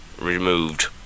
removed